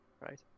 right